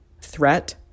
threat